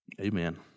Amen